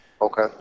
Okay